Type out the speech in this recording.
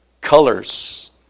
colors